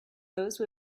those